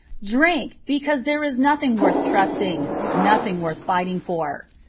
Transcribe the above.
drink, because there is nothing worth trusting, nothing worth fighting for.